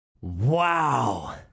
Wow